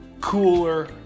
cooler